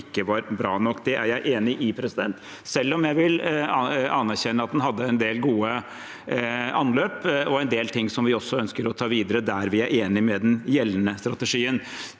ikke var bra nok. Det er jeg enig i, selv om jeg vil anerkjenne at den hadde en del gode anløp og en del ting som vi også ønsker å ta videre, der vi er enig med den gjeldende strategien.